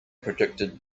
predicted